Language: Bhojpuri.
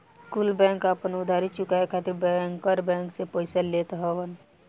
कुल बैंक आपन उधारी चुकाए खातिर बैंकर बैंक से पइसा लेत हवन